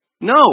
No